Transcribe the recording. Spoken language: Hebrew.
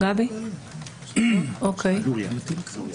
גיא לוריא.